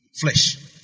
flesh